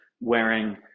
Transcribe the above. wearing